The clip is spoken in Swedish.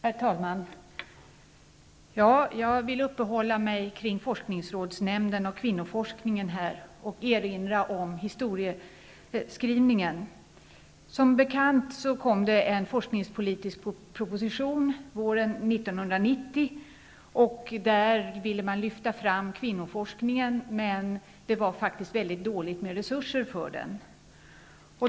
Herr talman! Jag vill uppehålla mig kring forskningsrådsnämnden och kvinnoforskningen samt erinra om historieskrivningen. Som bekant kom en forskningspolitisk proposition våren 1990. I den ville regeringen lyfta fram kvinnoforskningen, men det var mycket dåligt med resurser för den.